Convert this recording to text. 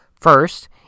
First